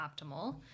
optimal